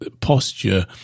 posture